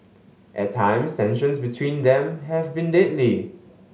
at times tensions between them have been deadly